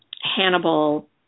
Hannibal